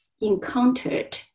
encountered